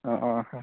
ଓହୋ